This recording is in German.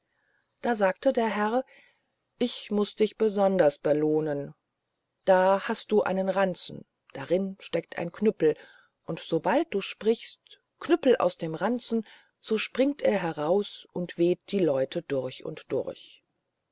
da sagte der heer ich muß dich besonders belohnen da hast du einen ranzen darin steckt ein knüppel und sobald du sprichst knüppel aus dem ranzen so springt er heraus und weht die leute durch und durch